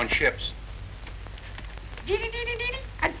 on ships and